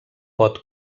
pot